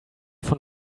von